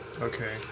Okay